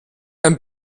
ein